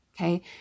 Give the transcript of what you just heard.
okay